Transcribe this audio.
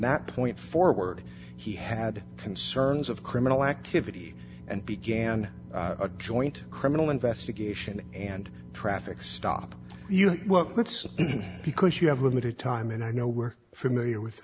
that point forward he had concerns of criminal activity and began a joint criminal investigation and traffic stop you well that's because you have limited time and i know we're familiar with